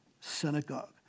synagogue